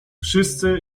wszyscy